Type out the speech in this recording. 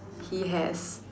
he has